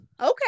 okay